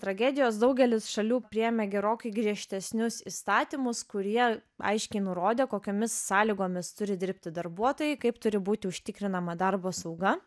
tragedijos daugelis šalių priėmė gerokai griežtesnius įstatymus kurie aiškiai nurodė kokiomis sąlygomis turi dirbti darbuotojai kaip turi būti užtikrinama darbo sauga